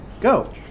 Go